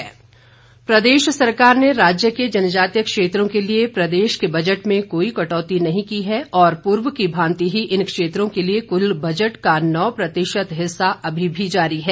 कटौती प्रस्ताव प्रदेश सरकार ने राज्य के जनजातीय क्षेत्रों के लिए प्रदेश के बजट में कोई कटौती नहीं की है और पूर्व की भांति ही इन क्षेत्रों के लिए कुल बजट का नौ प्रतिशत हिस्सा अभी भी जारी है